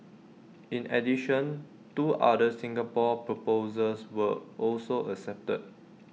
in addition two other Singapore proposals were also accepted